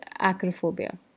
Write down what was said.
acrophobia